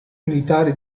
militare